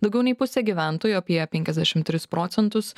daugiau nei pusė gyventojų apie penkiasdešim tris procentus